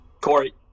Corey